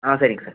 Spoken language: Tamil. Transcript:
ஆ சரிங்க சார்